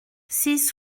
six